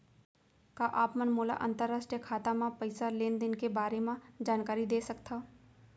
का आप मन मोला अंतरराष्ट्रीय खाता म पइसा लेन देन के बारे म जानकारी दे सकथव?